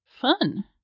Fun